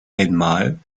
einmal